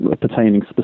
pertaining